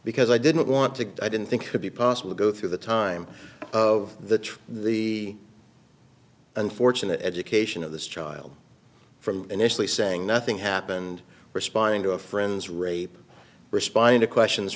because i didn't want to i didn't think could be possible go through the time of the trial the unfortunate education of this child from initially saying nothing happened responding to a friend's rape responding to questions